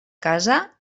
casa